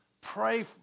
pray